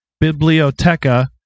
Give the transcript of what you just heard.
Biblioteca